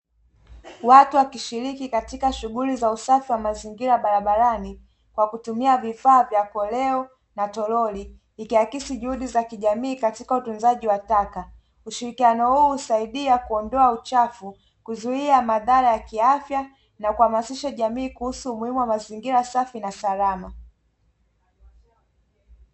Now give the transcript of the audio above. Watu wakishiriki katika shughuli za usafi wa mazingira barabarani kwa kutumia vifaa vya kuoleo na toroli, ikiakisi juhudi za kijamii katika utunzaji wa taka. Ushirikiano huu husaidia kuondoa uchafu, kuzuia madhara ya kiafya, na kuhamasisha jamii kuhusu umuhimu wa mazingira safi na salama.